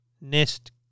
Nest